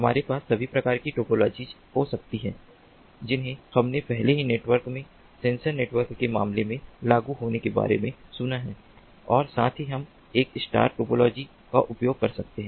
हमारे पास सभी प्रकार की टोपोलॉजीज हो सकती हैं जिन्हें हमने पहले ही नेटवर्क में सेंसर नेटवर्क के मामले में लागू होने के बारे में सुना है और साथ ही हम एक स्टार टोपोलॉजी का उपयोग कर सकते हैं